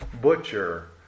butcher